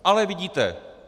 Ale vidíte!